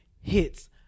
hits